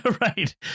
right